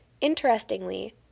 Interestingly